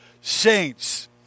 saints